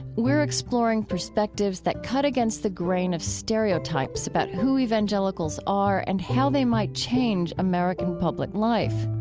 we're exploring perspectives that cut against the grain of stereotypes about who evangelicals are and how they might change american public life